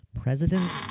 President